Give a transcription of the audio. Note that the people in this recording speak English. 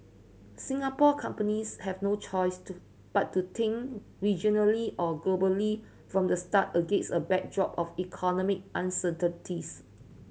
Singapore companies have no choice to but to think regionally or globally from the start against a backdrop of economic uncertainties